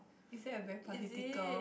is that a very political